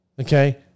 Okay